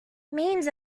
memes